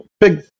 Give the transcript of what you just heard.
big